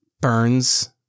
burns